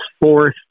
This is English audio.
fourth